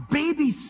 baby